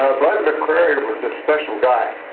ah bud mccrary was a special guy.